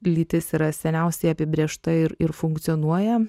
lytis yra seniausiai apibrėžta ir ir funkcionuoja